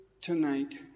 tonight